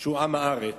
שהוא עם הארץ,